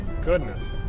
goodness